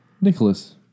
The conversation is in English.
Nicholas